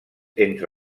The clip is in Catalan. entre